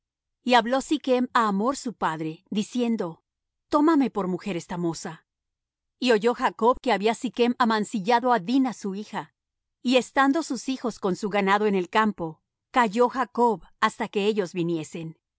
y habló sichm á hamor su padre diciendo tómame por mujer esta moza y oyó jacob que había sichm amancillado á dina su hija y estando sus hijos con su ganando en el campo calló jacob hasta que ellos viniesen